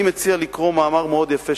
אני מציע לקרוא מאמר מאוד יפה,